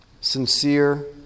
sincere